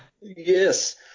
Yes